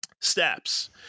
steps